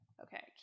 Okay